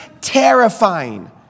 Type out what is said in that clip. terrifying